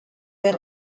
were